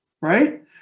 right